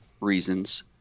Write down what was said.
reasons